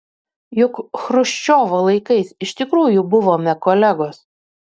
juk chruščiovo laikais iš tikrųjų buvome kolegos